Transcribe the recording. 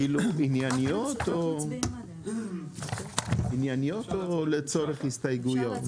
ענייניות, או לצורך הסתייגויות?